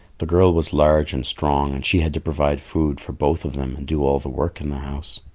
the girl was large and strong, and she had to provide food for both of them and do all the work in the house.